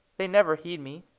they never heed me.